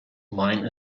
mine